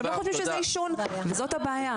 והם לא חושבים שה עישון וזאת הבעיה.